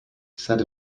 said